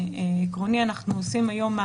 האם זה המספר היעיל?